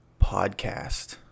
podcast